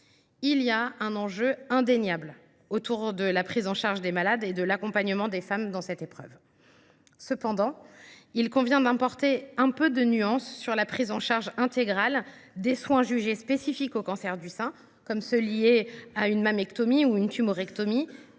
Il y a un enjeu indéniable autour de la prise en charge des malades et de l’accompagnement des femmes dans cette épreuve. Cependant, il convient d’apporter quelques nuances en ce qui concerne la prise en charge intégrale des soins jugés spécifiques au cancer du sein, comme ceux qui sont liés à une mammectomie ou à une tumorectomie,